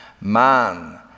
Man